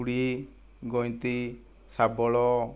କୋଡ଼ି ଗଇନ୍ତି ଶାବଳ